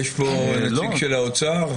יש פה נציג של האוצר?